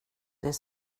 det